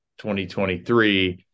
2023